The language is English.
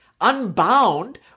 unbound